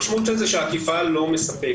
המשמעות של זה שהאכיפה לא מספקת,